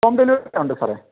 home delivery ഒക്കെ ഉണ്ട് sir